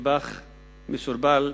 המסובך והמסורבל,